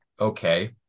okay